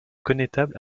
connétable